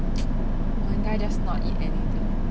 我应该 just not eat anything